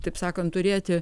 taip sakant turėti